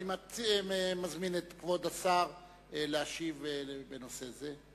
אני מזמין את כבוד השר להשיב בנושא זה.